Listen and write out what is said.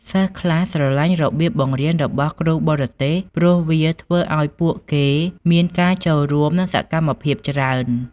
សិស្សខ្លះស្រឡាញ់របៀបបង្រៀនរបស់គ្រូបរទេស ព្រោះវាធ្វើឱ្យពួកគេមានការចូលរួម និងសកម្មភាពច្រើន។